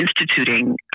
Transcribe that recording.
instituting